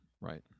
right